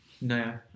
No